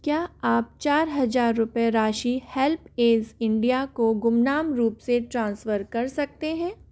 क्या आप चार हज़ार रुपये राशि हेल्प ऐज़ इंडिया को गुमनाम रूप से ट्रांसफ़र कर सकते हैं